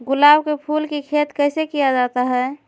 गुलाब के फूल की खेत कैसे किया जाता है?